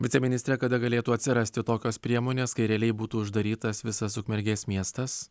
viceministre kada galėtų atsirasti tokios priemonės kai realiai būtų uždarytas visas ukmergės miestas